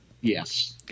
Yes